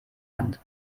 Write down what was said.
hand